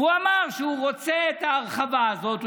והוא אמר שהוא רוצה את ההרחבה הזאת.